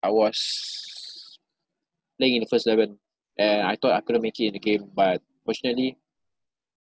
I was playing in the first eleven and I thought I couldn't make it in the game but fortunately